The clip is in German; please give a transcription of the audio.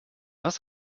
was